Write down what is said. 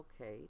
okay